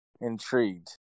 Intrigued